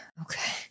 Okay